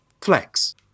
flex